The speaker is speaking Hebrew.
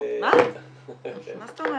מה זאת אומרת?